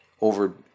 over